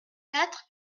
quatre